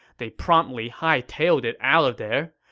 they promptly hightailed it out of there.